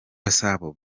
gasabo